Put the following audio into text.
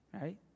right